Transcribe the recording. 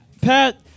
Pat